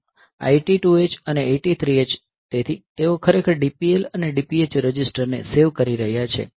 આ 82 H અને આ 83 H તેથી તેઓ ખરેખર DPL અને DPH રજીસ્ટર ને સેવ કરી રહ્યા છે